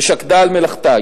ושקדה על מלאכתה.